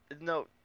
no